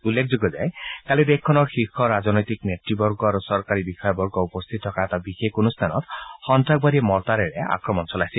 উল্লেখযোগ্য যে কালি দেশখনৰ শীৰ্ষ ৰাজনৈতিক নেত়বৰ্গ আৰু চৰকাৰী বিষয়াবৰ্গ উপস্থিত থকা এটা বিশেষ অনুষ্ঠানত সন্তাসবাদীয়ে মৰ্টাৰেৰে আক্ৰমণ চলাইছিল